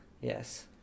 Yes